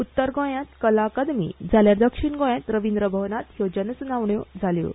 उत्तर गोंयांत कला अकादमी जाल्यार दक्षीण गोंयांत रविंद्र भवनांत ह्यो जनसूनावण्यो जाल्यो